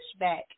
pushback